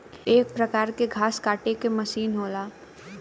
एक परकार के घास काटे के मसीन होला